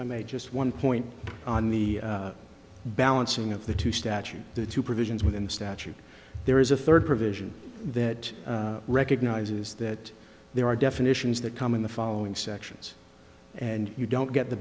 i may just one point on the balancing of the two statute the two provisions within the statute there is a third provision that recognizes that there are definitions that come in the following sections and you don't get the